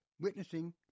witnessing